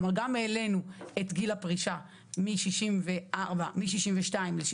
כלומר גם העלינו את גיל הפרישה מ-62 ל-65